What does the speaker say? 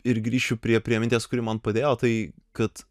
ir grįšiu prie prie minties kuri man padėjo tai kad